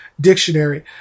Dictionary